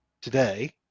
today